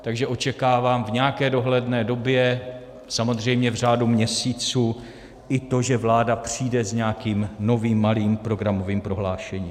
Takže očekávám v nějaké dohledné době, samozřejmě v řádu měsíců, i to, že vláda přijde s nějakým novým malým programovým prohlášením.